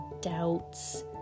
doubts